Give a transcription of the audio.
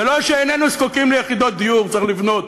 ולא שאיננו זקוקים ליחידות דיור, צריך לבנות,